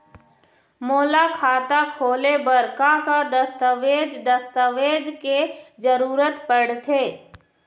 मोला खाता खोले बर का का दस्तावेज दस्तावेज के जरूरत पढ़ते?